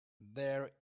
their